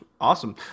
Awesome